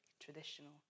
traditional